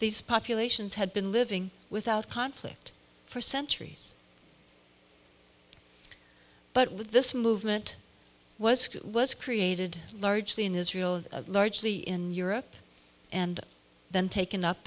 these populations had been living without conflict for centuries but with this movement was was created largely in israel largely in europe and then take